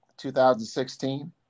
2016